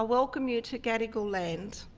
welcome you to gadigal land,